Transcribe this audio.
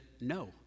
no